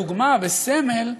דוגמה וסמל,